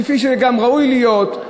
כפי שגם ראוי להיות,